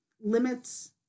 limits